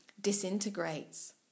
disintegrates